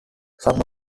some